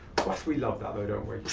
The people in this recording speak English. course we love that, though, don't